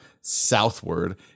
southward